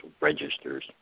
registers